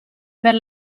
per